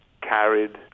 carried